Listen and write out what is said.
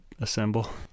assemble